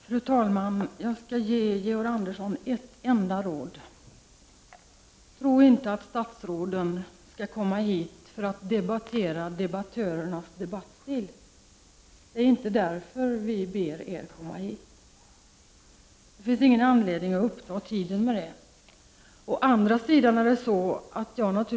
Fru talman! Jag skall ge Georg Andersson ett enda råd: Tro inte att statsråden skall komma hit för att debattera debattörernas debattstil! Det är inte därför vi ber er komma hit. Det finns ingen anledning att uppta tiden med det.